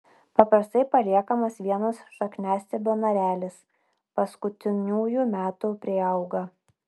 paprastai paliekamas vienas šakniastiebio narelis paskutiniųjų metų prieauga